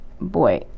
Boy